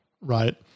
right